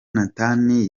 nathan